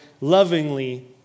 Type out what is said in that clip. Lovingly